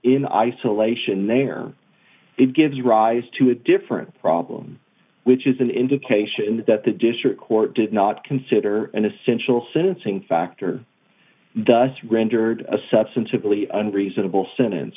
in isolation and they are it gives rise to a different problem which is an indication that the district court did not consider an essential sentencing factor thus rendered a substantively understandable sentence